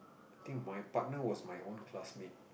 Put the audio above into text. think my partner was my own classmate